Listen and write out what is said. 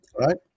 right